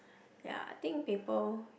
ya I think paper